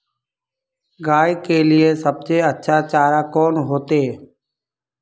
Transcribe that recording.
गाय के लिए सबसे अच्छा चारा कौन होते?